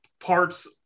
parts